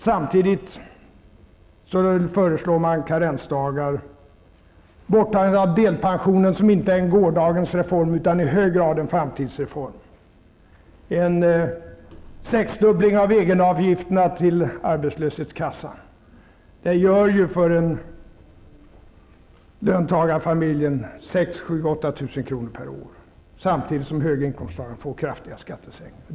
Samtidigt föreslår man karensdagar, borttagande av delpensionen, som ju inte är en gårdagens reform utan i hög grad en framtidsreform, och en sexdubbling av egenavgifterna till arbetslöshetskassan. Det innebär ju för en löntagarfamilj 6 000--8 000 kr. per pår, samtidigt som höginkomsttagarna får kraftiga skattesänkningar.